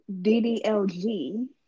DDLG